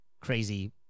crazy